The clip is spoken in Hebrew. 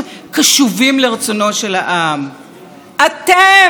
אתם, אתם מייצרים את גלי ההסתה האלה.